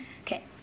Okay